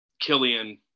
Killian